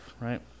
right